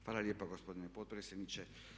Hvala lijepa gospodine potpredsjedniče.